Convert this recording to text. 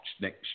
next